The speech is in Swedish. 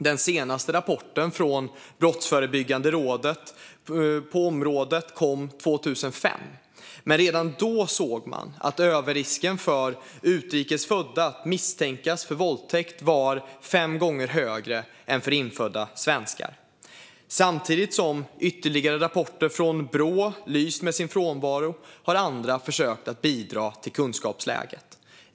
Den senaste rapporten från Brottsförebyggande rådet på området kom 2005, men redan då såg man att överrisken för utrikes födda att misstänkas för våldtäkt var fem gånger högre än för infödda svenskar. Samtidigt som ytterligare rapporter från Brå har lyst med sin frånvaro har andra försökt bidra till kunskapsläget.